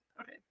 okay